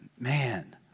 man